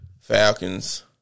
Falcons